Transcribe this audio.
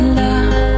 love